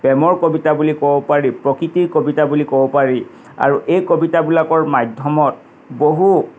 প্ৰেমৰ কবিতা বুলি ক'ব পাৰি প্ৰকৃতিৰ কবিতা বুলি ক'ব পাৰি আৰু এই কবিতাবিলাকৰ মাধ্যমত বহু